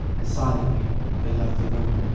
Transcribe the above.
and silently they left the room.